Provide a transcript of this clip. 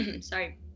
Sorry